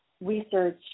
research